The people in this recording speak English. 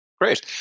Great